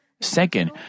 Second